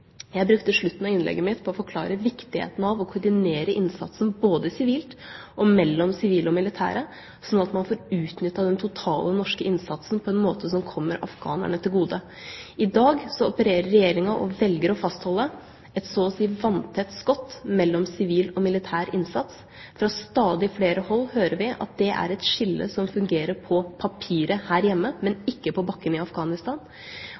Jeg brukte slutten av innlegget mitt på å forklare viktigheten av å koordinere innsatsen både sivilt og mellom sivile og militære, sånn at man får utnyttet den totale norske innsatsen på en måte som kommer afghanerne til gode. I dag opererer Regjeringa med – og velger å fastholde – et så å si vanntett skott mellom sivil og militær innsats. Fra stadig flere hold hører vi at det er et skille som fungerer på papiret her hjemme, men ikke på bakken i Afghanistan.